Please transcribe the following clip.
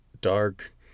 dark